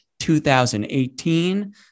2018